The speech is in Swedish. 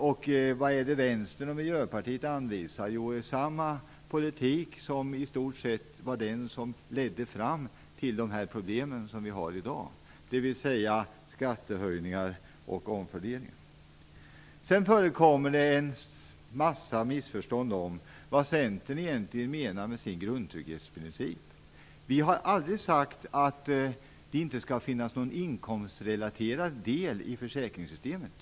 Vad är det som Vänsterpartiet och Miljöpartiet anvisar? Jo, i stort sett samma politik, dvs. skattehöjningar och omfördelningar, som den som ledde fram till de problem vi har i dag. Det föreligger en massa missförstånd om vad Centern egentligen menar med sin grundtrygghetsprincip. Vi i Centerpartiet har aldrig sagt att det inte skall finnas någon inkomstrelaterad del i försäkringssystemet.